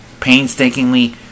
painstakingly